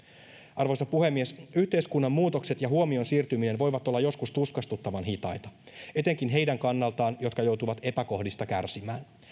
arvoisa puhemies yhteiskunnan muutokset ja huomion siirtyminen voivat olla joskus tuskastuttavan hitaita etenkin heidän kannaltaan jotka joutuvat epäkohdista kärsimään